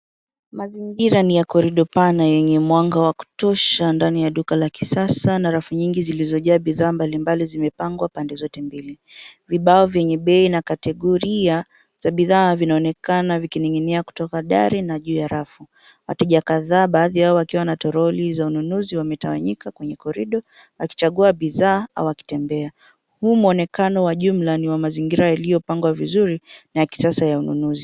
Mazingira ni ya korido pana yenye mwanga wa kutosha ndani ya duka la kisasa na rafu nyingi zilizojaa bidhaa mbalimbali zimepangwa pande zote mbili. Vibao vyenye bei na kategoria za bidhaa vinaonekana vikining'inia kutoka dari na juu ya rafu. Wateja kadhaa, baadhi yao wakiwa wana toroli za ununuzi wametawanyika kwenye korido wakichagua bidhaa au wakitembea. Huu muonekano wa jumla ni wa mazingira yaliyopangwa vizuri na kisasa ya ununuzi.